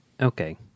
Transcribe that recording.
Okay